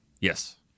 Yes